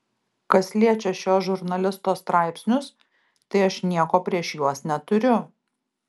kas liečia šio žurnalisto straipsnius tai aš nieko prieš juos neturiu